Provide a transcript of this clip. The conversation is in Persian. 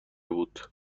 بود